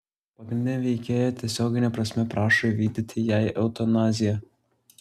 pagrindinė veikėja tiesiogine prasme prašo įvykdyti jai eutanaziją